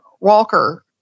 Walker